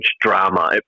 drama